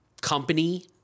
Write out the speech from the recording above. company